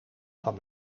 van